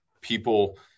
people